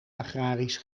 agrarisch